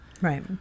right